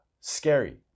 scary